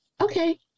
Okay